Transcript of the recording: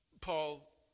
paul